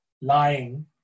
lying